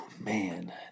Man